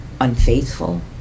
unfaithful